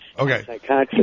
Okay